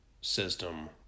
system